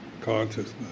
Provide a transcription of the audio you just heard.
consciousness